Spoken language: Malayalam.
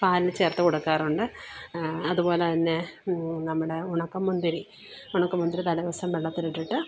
പാലിൽ ചേർത്ത് കൊടുക്കാറുണ്ട് അതുപോലെ തന്നെ നമ്മുടെ ഉണക്ക മുന്തിരി ഉണക്കൻ മുന്തിരി തലേദിവസം വെള്ളത്തിൽ ഇട്ടിട്ട്